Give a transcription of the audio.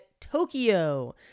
Tokyo